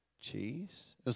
cheese